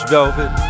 Velvet